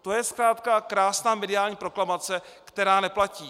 To je zkrátka krásná mediální proklamace, která neplatí.